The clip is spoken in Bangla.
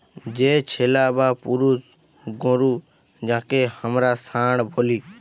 যে ছেলা বা পুরুষ গরু যাঁকে হামরা ষাঁড় ব্যলি